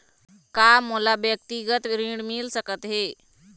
का मोला व्यक्तिगत ऋण मिल सकत हे?